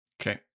Okay